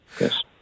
Yes